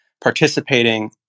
participating